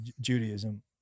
Judaism